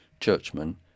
churchmen